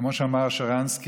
כמו שאמר שרנסקי,